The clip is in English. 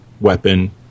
weapon